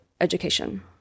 education